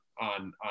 on